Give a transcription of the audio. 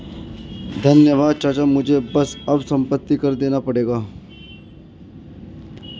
धन्यवाद चाचा मुझे बस अब संपत्ति कर देना पड़ेगा